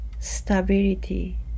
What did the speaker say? Stability